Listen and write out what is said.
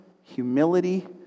humility